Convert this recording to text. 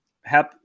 help